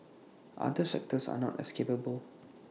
other sectors are not as capable